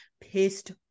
pissed